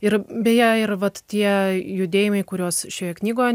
ir beje ir vat tie judėjimai kuriuos šioje knygoje